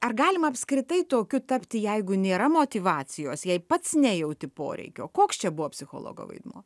ar galima apskritai tokiu tapti jeigu nėra motyvacijos jei pats nejauti poreikio koks čia buvo psichologo vaidmuo